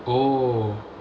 oh